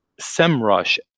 SEMrush